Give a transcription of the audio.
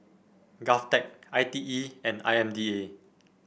Govtech I T E and I M D A